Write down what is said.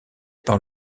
par